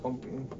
compl~